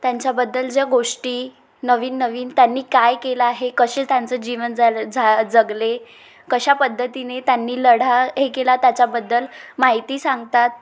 त्यांच्याबद्दल ज्या गोष्टी नवीन नवीन त्यांनी काय केलं आहे कसे त्यांचं जीवन झालं झा जगले कशा पद्धतीने त्यांनी लढा हे केला त्याच्याबद्दल माहिती सांगतात